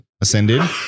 Ascended